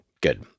good